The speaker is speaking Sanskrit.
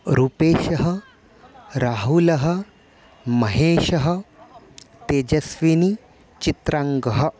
रूपेशः राहुलः महेशः तेजस्विनी चित्राङ्गः